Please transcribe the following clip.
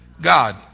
God